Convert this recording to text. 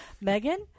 Megan